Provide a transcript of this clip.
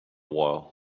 while